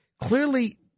clearly